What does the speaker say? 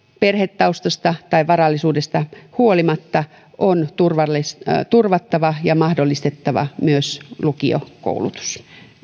perhetaustasta tai varallisuudesta huolimatta on turvattava ja mahdollistettava myös lukiokoulutus